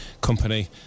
company